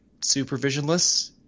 supervisionless